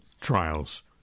trials